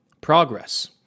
progress